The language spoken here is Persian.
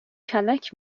کلک